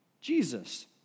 Jesus